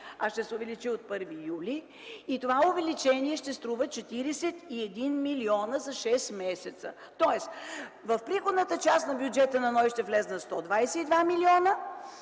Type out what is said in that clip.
2012 г., а от 1 юли и това увеличение ще струва 41 милиона за шест месеца. Тоест в приходната част на бюджета на НОИ ще влязат 122 милиона,